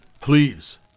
please